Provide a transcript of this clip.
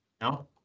No